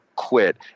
Quit